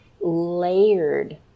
layered